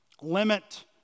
Limit